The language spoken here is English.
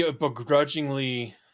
begrudgingly